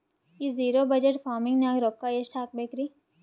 ಈ zero budget farming ನಾಗ್ ರೊಕ್ಕ ಎಷ್ಟು ಹಾಕಬೇಕರಿ?